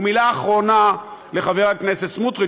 ומילה אחרונה לחבר הכנסת סמוטריץ,